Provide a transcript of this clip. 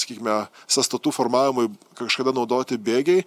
sakykime sąstatų formavimui kažkada naudoti bėgiai